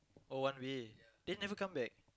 oh one way then never come back